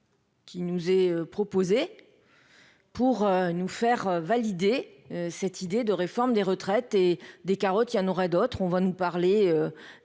Qui nous est proposé pour nous faire valider cette idée de réforme des retraites et des carottes il y y en aura d'autres, on va nous parler